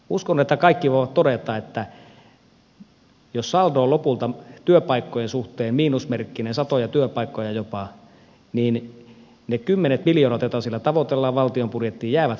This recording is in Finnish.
uskon että kaikki voivat todeta että jos saldo on lopulta työpaikkojen suhteen miinusmerkkinen satoja työpaikkoja jopa niin ne kymmenet miljoonat joita siellä tavoitellaan valtion budjettiin jäävät kyllä saamatta